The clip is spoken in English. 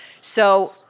So-